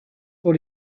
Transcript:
pour